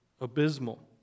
abysmal